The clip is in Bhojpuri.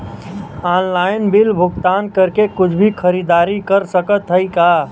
ऑनलाइन बिल भुगतान करके कुछ भी खरीदारी कर सकत हई का?